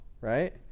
Right